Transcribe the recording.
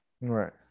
Right